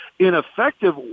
ineffective